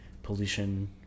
pollution